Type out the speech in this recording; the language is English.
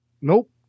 Nope